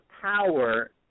power